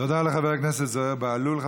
תודה לחבר הכנסת זוהיר בהלול.